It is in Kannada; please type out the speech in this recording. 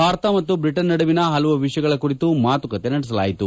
ಭಾರತ ಮತ್ತು ಬ್ರಿಟನ್ ನಡುವಿನ ಹಲವು ವಿಷಯಗಳ ಕುರಿತು ಮಾಶುಕತೆ ನಡೆಸಲಾಯಿತು